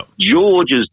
George's